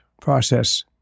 process